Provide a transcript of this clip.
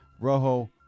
rojo